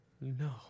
No